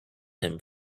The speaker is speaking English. him